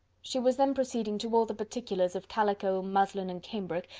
she was then proceeding to all the particulars of calico, muslin, and cambric,